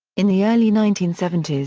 in the early nineteen seventy s,